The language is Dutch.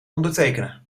ondertekenen